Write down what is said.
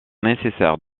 nécessaire